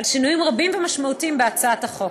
על שינויים רבים ומשמעותיים בהצעת החוק.